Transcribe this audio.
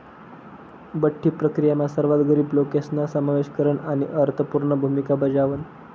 बठ्ठी प्रक्रीयामा सर्वात गरीब लोकेसना समावेश करन आणि अर्थपूर्ण भूमिका बजावण